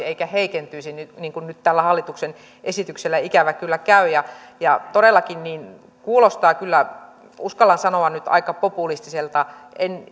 eikä heikentyisi niin niin kuin nyt tällä hallituksen esityksellä ikävä kyllä käy todellakin kuulostaa kyllä uskallan sanoa nyt aika populistiselta en